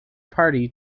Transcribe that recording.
party